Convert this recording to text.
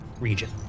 region